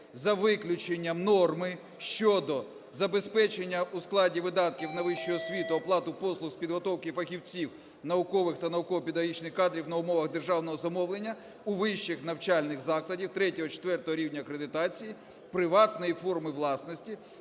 за виключенням норми щодо забезпечення у складі видатків на вищу освіту оплату послуг з підготовки фахівців, наукових та науково-педагогічних кадрів на умовах державного замовлення вищих навчальних закладів ІІІ-IV рівня акредитації приватної форми власності